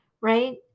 Right